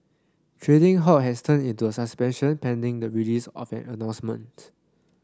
trading halt has turned into a suspension pending the release of an announcement